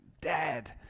dead